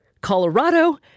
Colorado